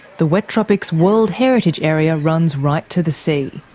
the wet tropics world heritage area runs right to the sea.